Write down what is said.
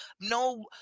no